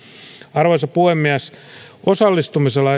arvoisa puhemies osallistumisella